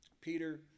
Peter